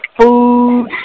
food